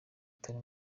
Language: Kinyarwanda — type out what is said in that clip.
itari